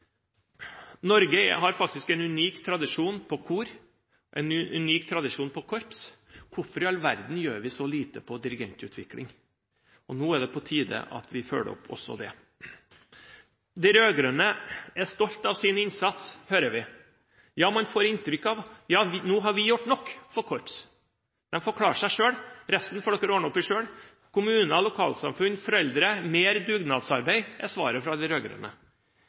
Norge har faktisk en unik tradisjon for kor og en unik tradisjon for korps. Hvorfor i all verden gjør vi så lite når det gjelder dirigentutvikling? Nå er det på tide at vi følger opp også det. De rød-grønne er stolte av sin innsats, hører vi. Man får inntrykk av at man nå har gjort nok for korps. De får klare seg selv. Resten får de ordne opp i selv – kommuner, lokalsamfunn, foreldre. Mer dugnadsarbeid er svaret fra de